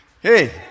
hey